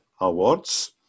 awards